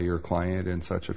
your client in such a